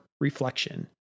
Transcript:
reflection